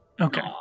Okay